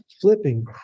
flipping